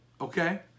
Okay